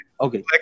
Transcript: okay